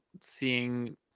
seeing